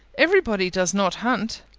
every body does not hunt.